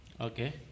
Okay